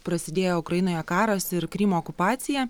prasidėjo ukrainoje karas ir krymo okupacija